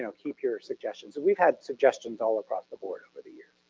you know keep your suggestions. and we've had suggestions all across the board over the years,